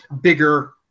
bigger